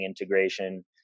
Integration